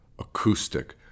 acoustic